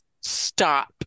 stop